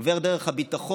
עובר דרך הביטחון,